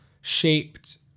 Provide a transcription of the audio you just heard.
shaped